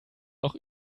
noch